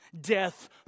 Death